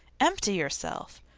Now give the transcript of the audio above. empty yourself!